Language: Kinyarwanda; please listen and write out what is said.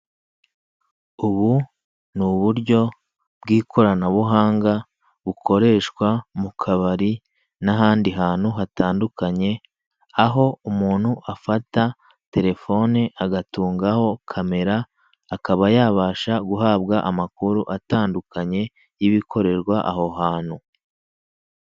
Ubu ni uburyo bw'ikoranabuhanga bukoreshwa mu kabari n'ahandi hantu hatandukanye, aho umuntu afata telefone agatungaho kamera, akaba yabasha guhabwa amakuru atandukanye y'ibikorerwa aho hantu.